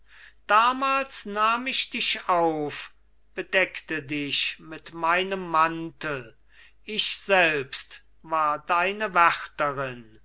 damals nahm ich dich auf bedeckte dich mit meinem mantel ich selbst war deine